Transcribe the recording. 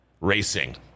racing